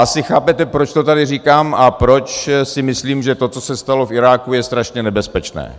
Asi chápete, proč to tady říkám a proč si myslím, že to, co se stalo v Iráku, je strašně nebezpečné.